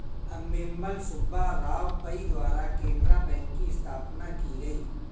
अम्मेम्बल सुब्बा राव पई द्वारा केनरा बैंक की स्थापना की गयी